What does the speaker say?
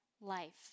life